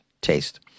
taste